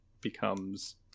becomes